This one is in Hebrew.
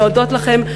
להודות לכם,